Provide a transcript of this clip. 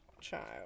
child